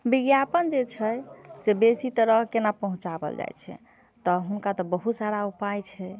विज्ञापन जे छै से बेसी तरह कोना पहुँचाओल जाइ छै तऽ हुनका तऽ बहुत सारा उपाय छै